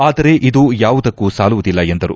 ಆದರೆ ಇದು ಯಾವುದಕ್ಕೂ ಸಾಲುವುದಿಲ್ಲ ಎಂದರು